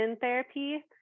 therapy